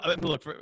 look